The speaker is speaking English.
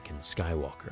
skywalker